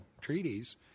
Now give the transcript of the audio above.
treaties